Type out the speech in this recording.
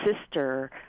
sister